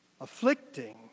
Afflicting